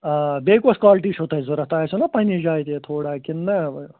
آ بیٚیہِ کۄس کالٹی چھَو تۄہہِ ضروٗرت تۄہہِ آسٮ۪و نا پَنٕنہِ جایہِ تہِ تھوڑا کِنہٕ نہٕ